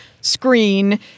screen